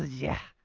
yeah.